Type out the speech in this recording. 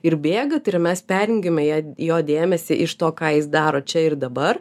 ir bėga tai yra mes perjungiame ją jo dėmesį iš to ką jis daro čia ir dabar